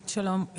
שלום,